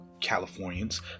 Californians